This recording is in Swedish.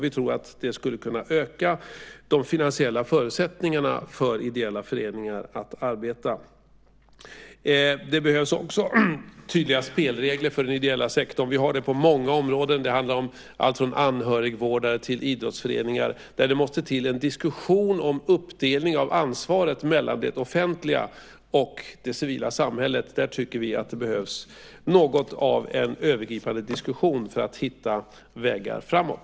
Vi tror att det skulle kunna öka de finansiella förutsättningarna för ideella föreningar att arbeta. Det behövs också tydliga spelregler för den ideella sektorn. Det har vi på många områden. Det handlar då om allt från anhörigvårdare till idrottsföreningar. Det måste till en diskussion om uppdelningen av ansvaret mellan det offentliga och det civila samhället. Där tycker vi att det behövs något av en övergripande diskussion för att hitta vägar framåt.